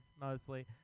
mostly